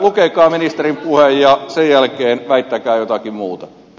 lukekaa ministerin puhe ja sen jälkeen väittäkää jotakin muuta